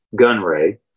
Gunray